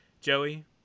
Joey